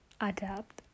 adapt